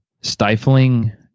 stifling